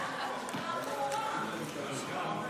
אני קובע כי